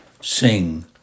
sing